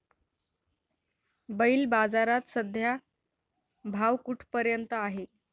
बैल बाजारात सध्या भाव कुठपर्यंत आहे?